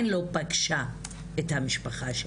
ונאמר להן שאם הן יגישו את התלונה אז השוטרים יאלצו לגרש